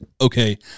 okay